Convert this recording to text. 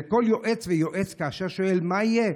וכל יועץ ויועץ, כאשר שואל מה יהיה,